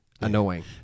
annoying